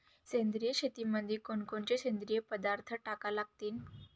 सेंद्रिय शेतीमंदी कोनकोनचे सेंद्रिय पदार्थ टाका लागतीन?